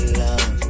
love